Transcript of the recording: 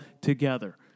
together